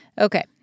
Okay